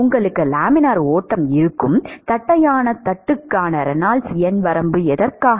உங்களுக்கு லேமினார் ஓட்டம் இருக்கும் தட்டையான தட்டுக்கான ரெனால்ட்ஸ் எண் வரம்பு எதற்காக